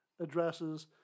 addresses